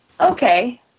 Okay